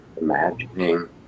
imagining